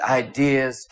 ideas